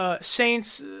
Saints